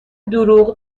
دروغ